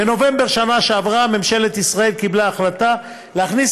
בנובמבר בשנה שעברה ממשלת ישראל קיבלה החלטה להכניס